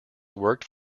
worked